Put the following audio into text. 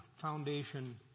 foundation